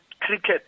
cricket